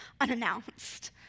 Unannounced